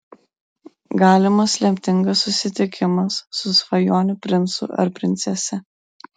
galimas lemtingas susitikimas su svajonių princu ar princese